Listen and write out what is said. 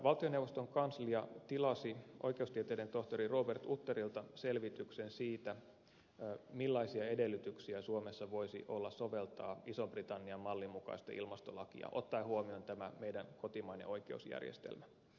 valtioneuvoston kanslia tilasi oikeustieteiden tohtori robert utterilta selvityksen siitä millaisia edellytyksiä suomessa voisi olla soveltaa ison britannian mallin mukaista ilmastolakia ottaen huomioon tämä meidän kotimainen oikeusjärjestelmämme